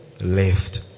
left